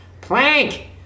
Plank